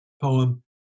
poem